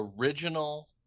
original